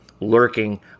lurking